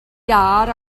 iâr